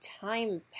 time